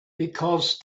because